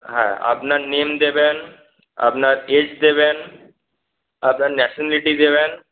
হ্যাঁ আপনার নেম দেবেন আপনার এজ দেবেন আপনার ন্যাশানালিটি দেবেন